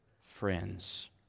friends